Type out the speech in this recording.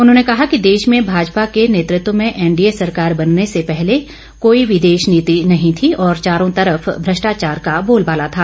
उन्होंने कहा कि देश में भाजपा के नेतृत्व में एनडीए सरकार बनने से पहले कोई विदेश नीति नहीं थी और चारों तरफ भ्रष्टाचार का बोलबाला था